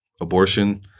abortion